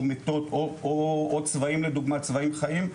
או מתות או לדוגמה צבאים חיים,